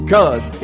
Cause